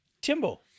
Timbo